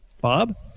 Bob